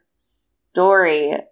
story